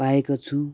पाएको छु